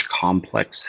complex